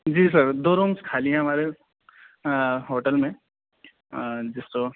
جی sir دو rooms خالی ہیں ہمارے ہوٹل میں جس کو